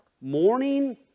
morning